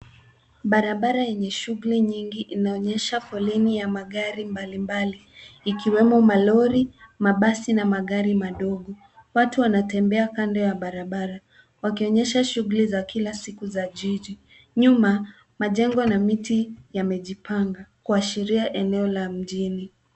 Barabara enye shuguli nyingi inaonyesha foleni ya magari mbalimbali ikiwemo malori, mabasi na magari madogo. Watu wanatembea kando ya barabara wakionyesha shuguli za kila siku za jiji. Nyuma, majengo na miti yamejipanga kuashiria eneo la mjini.